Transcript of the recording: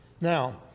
Now